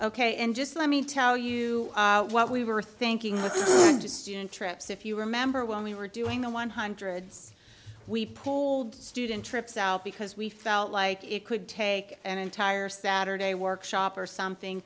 ok and just let me tell you what we were thinking was just soon trips if you remember when we were doing the one hundreds we pulled student trips out because we felt like it could take an entire saturday workshop or something